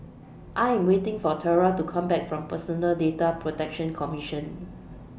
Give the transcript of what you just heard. I Am waiting For Tyra to Come Back from Personal Data Protection Commission